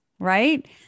right